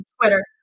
twitter